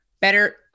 better